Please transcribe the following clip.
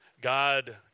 God